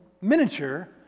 miniature